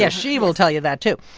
yeah she will tell you that, too.